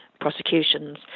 prosecutions